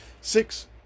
Six